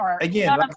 Again